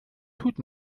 tut